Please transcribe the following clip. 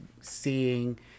seeing